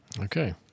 Okay